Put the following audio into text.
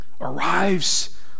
arrives